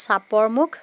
Chaparmukh